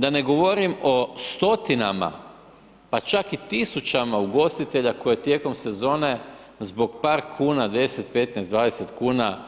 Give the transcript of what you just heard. Da ne govorim o stotinama pa čak i tisućama ugostitelja koje tijekom sezone zbog par kuna 10, 15, 20 kuna